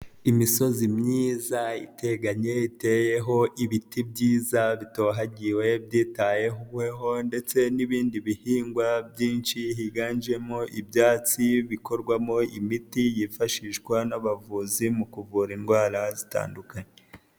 Imisozi myiza iteganye iteyeho ibiti byiza bitohagiwe byitaweho ndetse n'ibindi bihingwa byinshi higanjemo ibyatsi bikorwamo imiti yifashishwa n'abavuzi mu kuvura indwara zitandukanye.